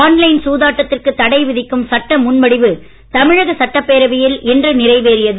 on line சூதாட்டத்திற்கு தடைவிதிக்கும் சட்டமுன்வடிவு தமிழக சட்டப் பேரவையில் இன்று நிறைவேறியது